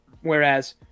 Whereas